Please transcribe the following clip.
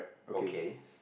okay